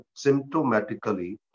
symptomatically